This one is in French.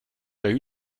eut